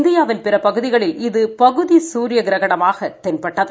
இந்தியாவின் பிற பகுதிகளில் இது பகுதி சூரிய கிரகணமாக தென்பட்டது